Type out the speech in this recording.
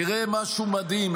תראה משהו מדהים,